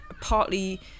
partly